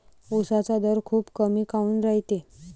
उसाचा दर खूप कमी काऊन रायते?